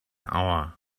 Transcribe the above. hour